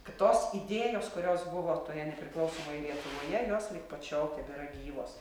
kad tos idėjos kurios buvo toje nepriklausomoje lietuvoje jos lig pat šiol tebėra gyvos